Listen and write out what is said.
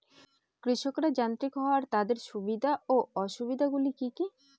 কৃষকরা যান্ত্রিক হওয়ার তাদের সুবিধা ও অসুবিধা গুলি কি কি?